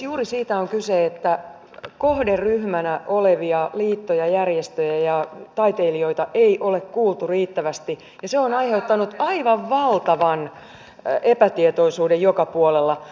juuri siitä on kyse että kohderyhmänä olevia liittoja järjestöjä ja taiteilijoita ei ole kuultu riittävästi ja se on aiheuttanut aivan valtavan epätietoisuuden joka puolella